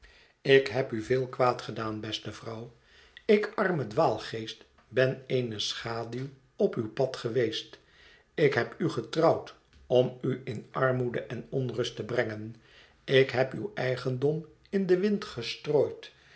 ik heb u veel kwaad gedaan beste vrouw ik arme dwaalgeest ben eene schaduw op uw pad geweest ik heb u getrouwd om u in armoede en onrust te brengen ik heb uw eigendom in den wind gestrooid